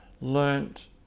learnt